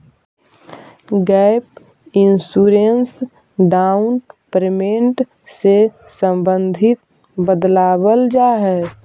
gap insurance down payment से संबंधित बतावल जाऽ हई